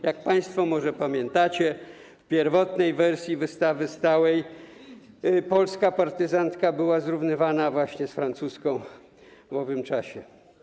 Jak państwo może pamiętacie, w pierwotnej wersji wystawy stałej polska partyzantka była zrównywana z francuską w owym czasie.